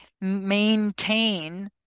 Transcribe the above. maintain